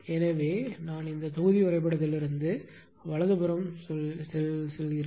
எனவே நான் இந்த தொகுதி வரைபடத்திலிருந்து வலதுபுறம் சொல்கிறேன்